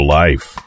life